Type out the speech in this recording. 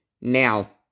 now